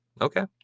Okay